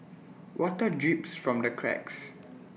water drips from the cracks